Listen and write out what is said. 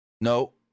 No